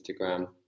instagram